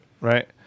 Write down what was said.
right